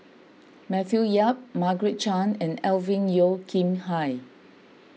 Matthew Yap Margaret Chan and Alvin Yeo Khirn Hai